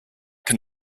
can